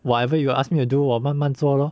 whatever you ask me to do 我慢慢做咯